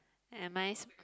am I